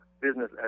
business